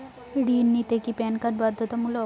ঋণ নিতে কি প্যান কার্ড বাধ্যতামূলক?